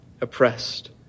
oppressed